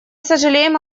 сожалеем